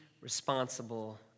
responsible